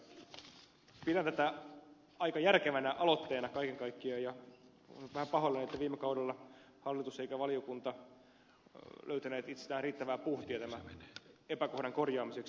pidän tätä aika järkevänä aloitteena kaiken kaikkiaan ja olen vähän pahoillani että viime kaudella ei hallitus eikä valiokunta löytänyt itsestään riittävää puhtia tämän epäkohdan korjaamiseksi